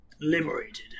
Liberated